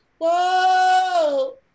Whoa